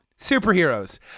superheroes